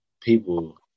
people